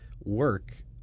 work